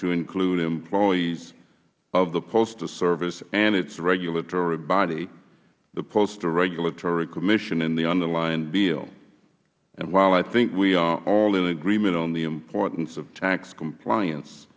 to include employees of the postal service and its regulatory body the postal regulatory commission in the underlying bill while i think we are all in agreement on the importance of tax compliance